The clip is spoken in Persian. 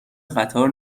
قطار